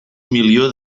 milió